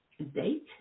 date